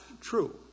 true